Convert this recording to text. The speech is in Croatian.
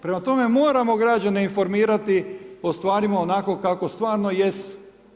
Prema tome, moramo građane informirati o stvarima onako kako stvarno jesu.